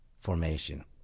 formation